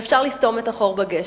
ואפשר לסתום את החור בגשר.